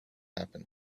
happen